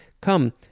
come